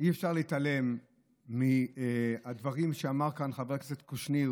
אי-אפשר להתעלם מהדברים שאמר כאן חבר הכנסת קושניר,